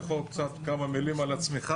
אתה יכול קצת כמה מילים על עצמך?